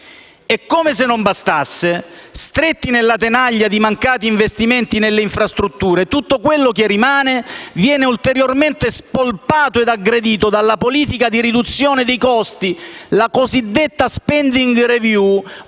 Come se non bastasse, stretti nella tenaglia di mancati investimenti nelle infrastrutture, tutto quello che rimane viene ulteriormente spolpato e aggredito dalla politica di riduzione dei costi - la cosiddetta *spending review*